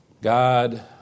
God